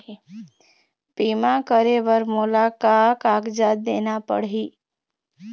बीमा करे बर मोला का कागजात देना पड़ही?